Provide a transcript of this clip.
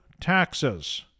taxes